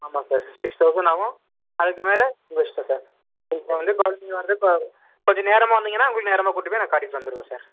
ஆமாம் sir six thousand ஆகும் அதுக்கு மேலே உங்கள் இஷ்டம் சார் இப்போ வந்து கிளம்பி வந்து கொஞ்சம் நேரமாக வந்திங்கன்னா உங்களுக்கு நேரமாக கூட்டிகிட்டு போய் காட்டிவிட்டு வந்துருவ சார்